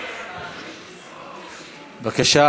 בבקשה.